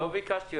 לא ביקשתי.